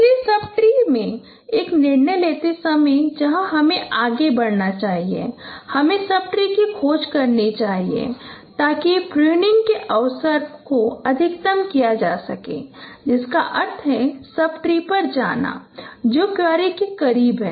इसलिए सब ट्री में एक निर्णय लेते समय जहां हमें आगे बढ़ना चाहिए हमें सब ट्री की खोज करनी चाहिए ताकि प्रूनिंग के अवसर को अधिकतम किया जा सके जिसका अर्थ सब ट्री पर जाना है जो क्वेरी के करीब है